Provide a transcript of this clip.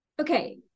Okay